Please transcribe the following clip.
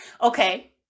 Okay